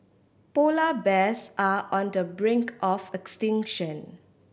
polar bears are on the brink of extinction